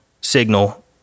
signal